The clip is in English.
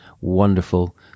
wonderful